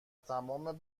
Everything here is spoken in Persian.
تمام